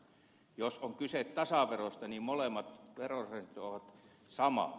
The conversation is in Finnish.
jos on kyse tasaverosta niin molemmat veroprosentit ovat samat